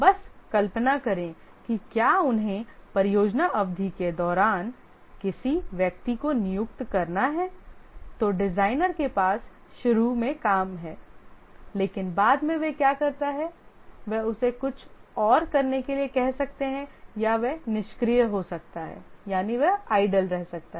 बस कल्पना करें कि क्या उन्हें परियोजना अवधि के दौरान किसी व्यक्ति को नियुक्त करना है तो डिजाइनर के पास शुरू में काम है लेकिन बाद में वह क्या करता है वे उसे कुछ और करने के लिए कह सकते हैं या वह निष्क्रिय हो सकता है